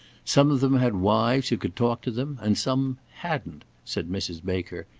some of them had wives who could talk to them, and some hadn't, said mrs. baker,